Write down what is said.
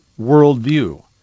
worldview